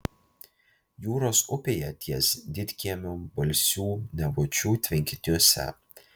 jūros upėje ties didkiemiu balsių nevočių tvenkiniuose